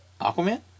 Aquaman